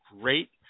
great